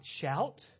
shout